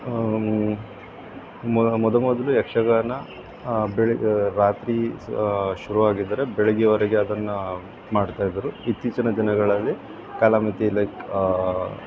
ಮೊದ ಮೊದ ಮೊದಲು ಯಕ್ಷಗಾನ ಬೆಳೆ ರಾತ್ರಿ ಶುರು ಆಗಿದ್ದರೆ ಬೆಳಗ್ಗೆವರೆಗೆ ಅದನ್ನು ಮಾಡ್ತಾಯಿದ್ರು ಇತ್ತೀಚಿನ ದಿನಗಳಲ್ಲಿ ಕಾಲ ಮಿತಿ ಲೈಕ್